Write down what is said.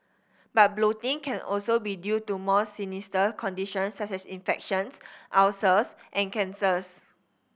but bloating can also be due to more sinister conditions such as infections ulcers and cancers